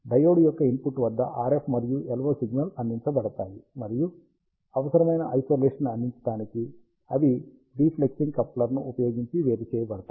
diode యొక్క input వద్ద RF మరియు LO సిగ్నల్ అందించబడతాయి మరియు అవసరమైన ఐసోలేషన్ ని అందించడానికి అవి డిప్లెక్సింగ్ కప్లర్ ఉపయోగించి వేరు చేయబడతాయి